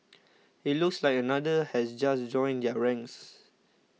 it looks like another has just joined their ranks